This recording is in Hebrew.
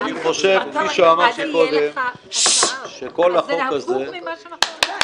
אני חושב, כפי שאמרתי קודם, שכל החוק הזה בבסיס,